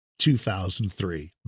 2003